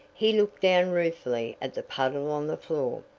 he looked down ruefully at the puddle on the floor.